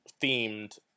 themed